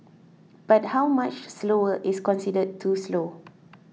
but how much slower is considered too slow